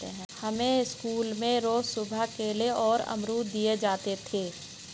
हमें स्कूल में रोज सुबह केले और अमरुद दिए जाते थे